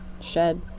shed